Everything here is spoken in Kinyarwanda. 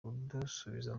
kudusubiza